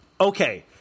Okay